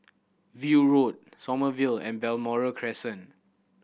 View Road Sommerville Road and Balmoral Crescent